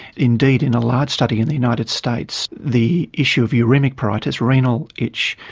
indeed in a large study in the united states the issue of uraemic pruritus, renal itch,